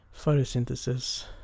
photosynthesis